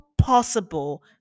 possible